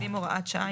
המילים "(הוראת שעה)"